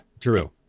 true